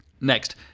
Next